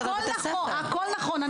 הכל נכון,